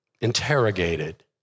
interrogated